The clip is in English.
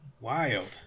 Wild